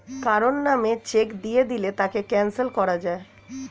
কারো নামে চেক দিয়ে দিলে তাকে ক্যানসেল করা যায়